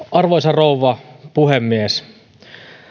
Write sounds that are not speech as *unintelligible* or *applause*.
*unintelligible* arvoisa rouva puhemies